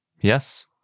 yes